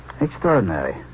Extraordinary